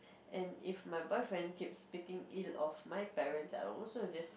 and if my boyfriend keeps speaking ill of my parents I also just